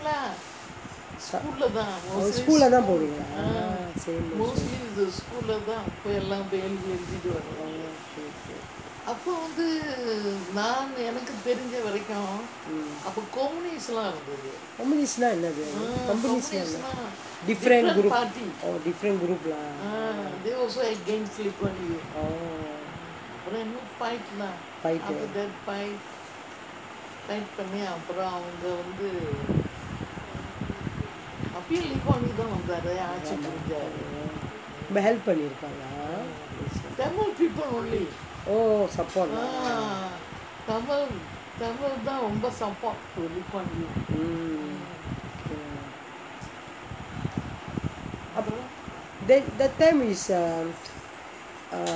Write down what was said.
oh school லே தா போடுவிங்களா சரி:lae thaa poduvingalaa sari oh okay okay mm communist னா என்னது:na ennathu communist நா என்னா:naa ennaa different group oh different group lah oh fight eh ரொம்ப:romba help பண்ணிருப்பாரு:pannirupaaru lah oh support lah mm that time is eh